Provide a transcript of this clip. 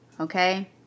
Okay